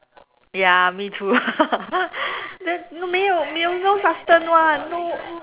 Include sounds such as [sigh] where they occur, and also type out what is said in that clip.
ya me too [laughs] that 没有 [one] no no